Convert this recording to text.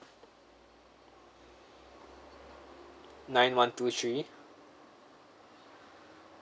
nine one two three